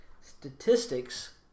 Statistics